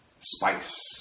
spice